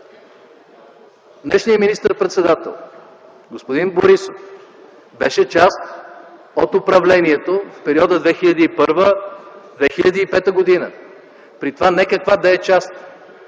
Днешният министър-председател господин Борисов беше част от управлението в периода 2001 г. -2005 г. При това не каква да е част,